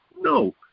No